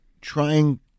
trying